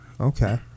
Okay